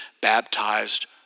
baptized